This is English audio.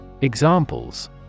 Examples